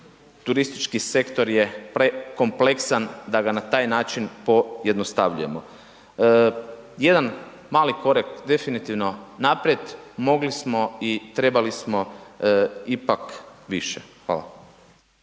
turistički sektor je prekompleksan da ga na taj način pojednostavljujemo. Jedan mali korak definitivno naprijed mogli smo i trebali smo ipak više. Hvala.